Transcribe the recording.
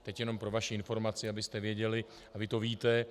Teď jenom pro vaši informaci, abyste věděli, a vy to víte.